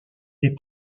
est